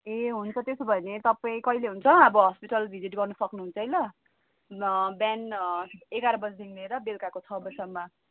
ए हुन्छ त्यसो भने तपाईँ कहिले हुन्छ अब हस्पिटल भिजिट गर्न सक्नुहुन्छ है ल ल बिहान एघार बजेदेखि लिएर बेलुकाको छ बजीसम्म